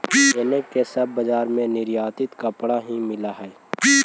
एने के सब बजार में निर्यातित कपड़ा ही मिल हई